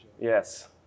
yes